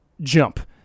Jump